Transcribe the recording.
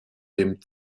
dem